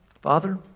Father